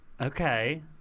Okay